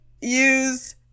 use